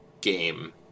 game